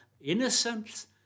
Innocence